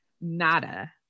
Nada